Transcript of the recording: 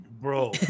Bro